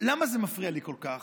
למה זה מפריע לי כל כך?